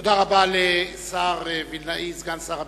תודה רבה לשר וילנאי, סגן שר הביטחון.